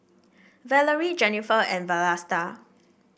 Valarie Jennifer and Vlasta